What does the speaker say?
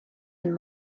and